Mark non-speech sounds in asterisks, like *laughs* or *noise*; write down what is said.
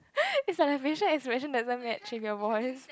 *laughs* is like the facial expression doesn't match with your voice